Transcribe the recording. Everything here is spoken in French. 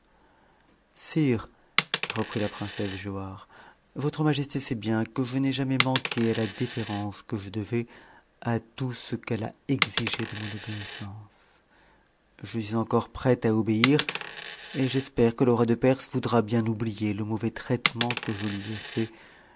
sire reprit la princesse giauhare votre majesté sait bien que je n'ai jamais manqué à la déférence que je devais à tout ce qu'elle a exigé de mon obéissance je suis encore prête à obéir et j'espère que le roi de perse voudra bien oublier le mauvais traitement que je lui ai mi